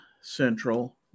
Central